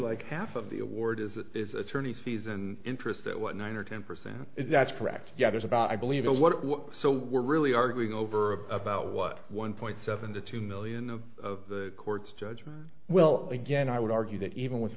like half of the award as it is attorney fees and interest that what nine or ten percent is that's correct yeah there's about i believe what so we're really arguing over about what one point seven to two million of the court's judgment well again i would argue that even with